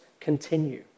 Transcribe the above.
continue